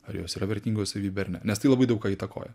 ar jose yra vertingų savybių ar ne nes tai labai daug ką įtakoja